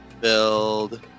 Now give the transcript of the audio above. build